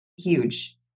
huge